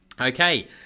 okay